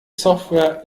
software